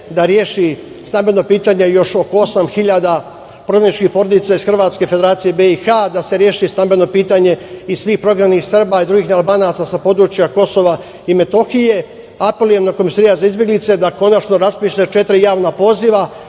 da reši stambeno pitanje za još oko osam hiljada prognaničkih porodica iz Hrvatske, Federacije BiH, da se reši stambeno pitanje svih prognanih Srba i svih drugih nealbanaca sa područja Kosova i Metohije. Apelujem na Komesarijat za izbeglice da konačno raspiše četiri javna poziva